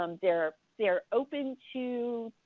um they are they are open to